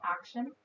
action